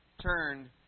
turned